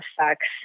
effects